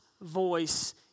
voice